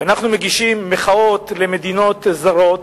ואנחנו מגישים מחאות למדינות זרות